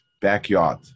backyard